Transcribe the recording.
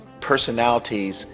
personalities